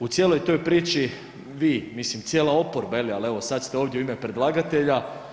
U cijeloj toj priči, vi, mislim cijela oporba ali evo sad ste ovdje u ime predlagatelja.